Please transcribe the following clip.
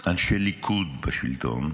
אנשי הליכוד בשלטון,